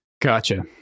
Gotcha